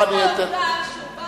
אדוני היושב-ראש, חוץ מהעובדה שהוא בא